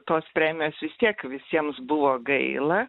tos premijos vis tiek visiems buvo gaila